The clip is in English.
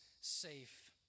safe